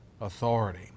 authority